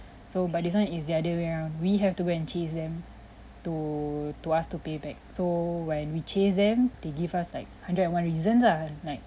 so but this one is the other way around we have to go and chase them to to ask to pay back so when we chase them they give us like hundred and one reasons ah like